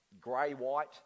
grey-white